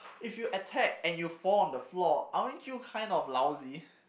if you attack and you fall on the floor aren't you kind of lousy